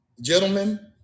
gentlemen